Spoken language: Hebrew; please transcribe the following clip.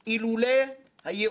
בגלל קוצר היריעה